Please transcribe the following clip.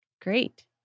Great